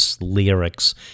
lyrics